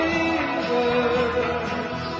Jesus